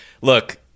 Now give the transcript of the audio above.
look